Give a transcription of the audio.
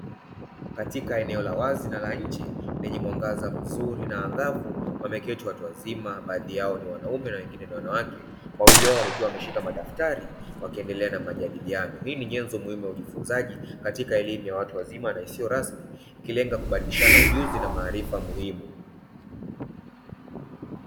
Katika eneo la wazi na la nje lenye mwangaza mzuri na angavu wameketi watu wazima baadhi yao ni wanaume na wengine ni wanawake, wawili wao wakiwa wameshika madaftari wakiendelea na majadiliano. Hii ni nyenzo muhimu ya ujifunzaji katika elimu ya watu wazima na isiyo rasmi, ikilenga kubadilishana ujuzi na maarifa muhimu.